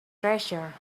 treasure